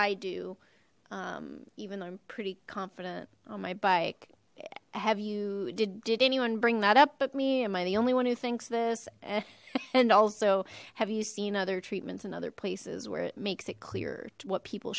i do um even though i'm pretty confident on my bike have you did did anyone bring that up at me am i the only one who thinks this and also have you seen other treatments in other places where it makes it clear what people